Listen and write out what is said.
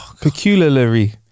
Peculiarly